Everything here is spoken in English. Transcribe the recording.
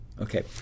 Okay